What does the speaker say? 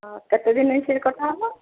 କେତେ ଦିନରେ ସେ କଟା ହେବ